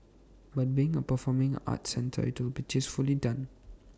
but being A performing arts centre IT will be tastefully done